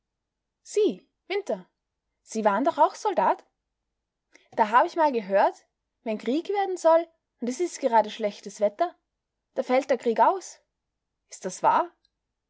sie winter sie war'n doch auch soldat da hab ich mal gehört wenn krieg werden soll und es is gerade schlechtes wetter da fällt der krieg aus is das wahr